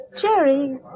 Jerry